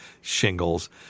shingles